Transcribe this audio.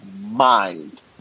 mind